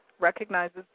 recognizes